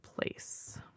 place